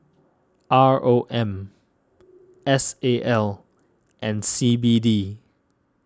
R O M S A L and C B D